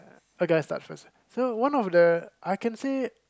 her guys start first so one of the I can say